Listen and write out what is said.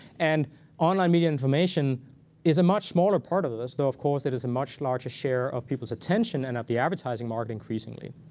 and online media information is a much smaller part of of this. though, of course, it is a much larger share of people's attention and of the advertising market, increasingly.